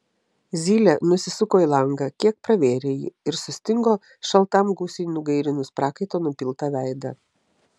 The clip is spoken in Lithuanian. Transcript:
zylė nusisuko į langą kiek pravėrė jį ir sustingo šaltam gūsiui nugairinus prakaito nupiltą veidą